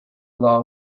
law